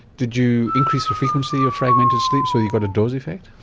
did you increase the frequency of fragmented sleep so you got a dose effect?